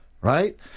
right